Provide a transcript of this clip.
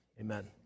amen